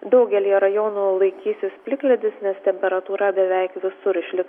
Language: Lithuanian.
daugelyje rajonų laikysis plikledis nes temperatūra beveik visur išliks